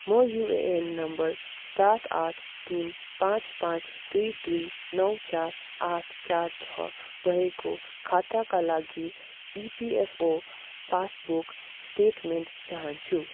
म UAN number सात आठ तिन पाँच पाँच दुई दुई नौ चार आठ चार छ भएको खाताका लागि इपिएफओ पासबुक स्टेटमेन्ट चाहन्छु